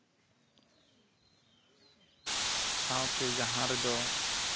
ᱥᱟᱶᱛᱮ ᱡᱟᱦᱟᱸ ᱨᱮᱫᱚ